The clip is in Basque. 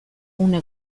une